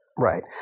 Right